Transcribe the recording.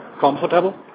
Comfortable